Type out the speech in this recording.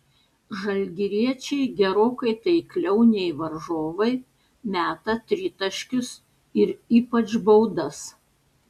žalgiriečiai gerokai taikliau nei varžovai meta tritaškius ir ypač baudas